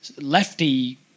lefty